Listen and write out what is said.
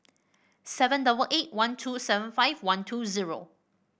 seven double eight one two seven five one two zero